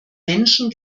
menschen